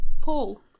paul